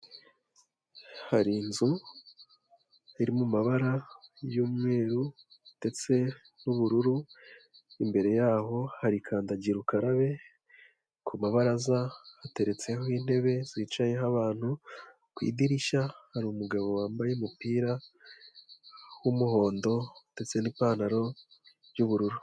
Hari inzu iri mu mabara y'umweru ndetse n'ubururu, imbere yaho hari kandagira ukarabe, ku mabaraza hateretseho intebe zicayeho abantu, ku idirishya hari umugabo wambaye umupira w'umuhondo, ndetse n'ipantaro y'ubururu.